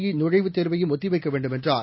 இ நுழைவுத் தேர்வையும் ஒத்தி வைக்க வேண்டும் என்றார்